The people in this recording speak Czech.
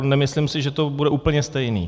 Nemyslím si, že to bude úplně stejné.